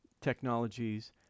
technologies